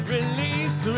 Release